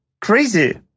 crazy